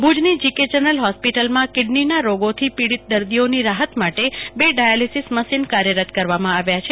ભુજની G K general હોસ્પીટલમાં kidney ના રોગોથી પીડિત દર્દીઓની રાહત માટે બે ડાયાલીસીસ મશીન કાર્યરત કરવામાં આવ્યા છે